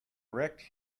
wrecked